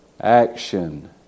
Action